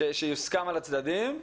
שיוסכם על הצדדים.